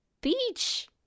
beach